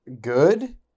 Good